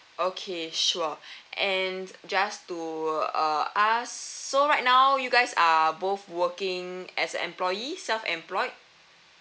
okay sure and just to uh ask so right now you guys are both working as employees self employed